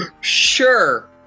Sure